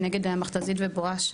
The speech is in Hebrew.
נגד המכת"זית ובואש.